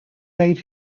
made